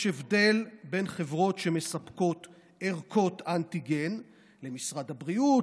יש הבדל בין חברות שמספקות ערכות אנטיגן למשרד הבריאות,